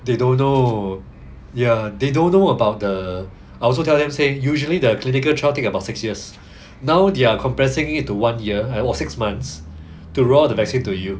they don't know ya they don't know about the I also tell them say usually the clinical trial thing take about six years now they're compressing it to one year about six months to roll out the vaccine to you